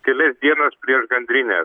kelias dienas prieš gandrines